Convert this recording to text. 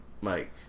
Mike